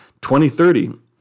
2030